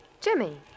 Jimmy